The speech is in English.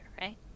right